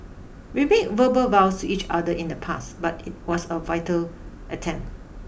we made verbal vows each other in the past but it was a vital attempt